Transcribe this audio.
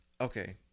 okay